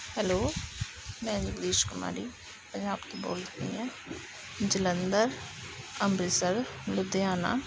hello ਮੈਂ ਜਗਦੀਸ਼ ਕੁਮਾਰੀ ਪੰਜਾਬ ਤੋਂ ਬੋਲਦੀ ਪਈ ਹਾਂ ਜਲੰਧਰ ਅੰਮ੍ਰਿਤਸਰ ਲੁਧਿਆਣਾ